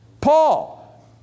Paul